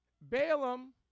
Balaam